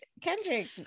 kendrick